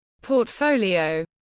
Portfolio